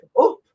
up